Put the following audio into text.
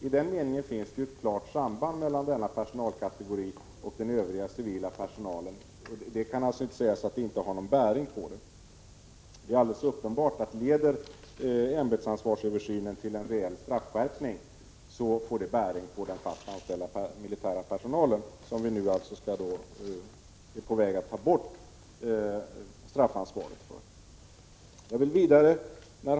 I den meningen finns det ett klart samband mellan Om ämbetsansvarsöversynen leder till en reell straffskärpning får det alltså bäring på den fast anställda militära personalen, som vi nu är på väg att ta bort straffansvaret för.